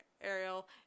Ariel